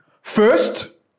First